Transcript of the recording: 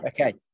Okay